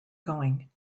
going